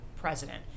president